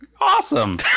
awesome